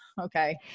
okay